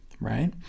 right